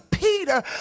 Peter